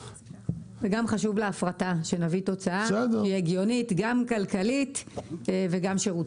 חשוב להפרטה שנביא תוצאה שתהיה הגיונית גם כלכלית וגם שירותית.